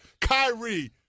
Kyrie